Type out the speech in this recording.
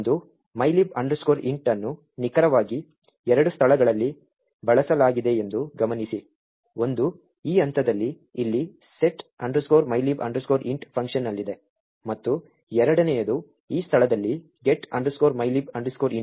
ಒಂದು mylib int ಅನ್ನು ನಿಖರವಾಗಿ ಎರಡು ಸ್ಥಳಗಳಲ್ಲಿ ಬಳಸಲಾಗಿದೆಯೆಂದು ಗಮನಿಸಿ ಒಂದು ಈ ಹಂತದಲ್ಲಿ ಇಲ್ಲಿ set mylib int ಫಂಕ್ಷನ್ನಲ್ಲಿದೆ ಮತ್ತು ಎರಡನೆಯದು ಈ ಸ್ಥಳದಲ್ಲಿ get mylib int